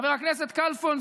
חבר הכנסת כלפון,